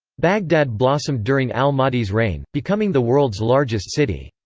baghdad blossomed during al-mahdi's reign, becoming the world's largest city.